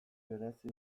merezi